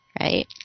right